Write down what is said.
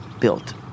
built